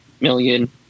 million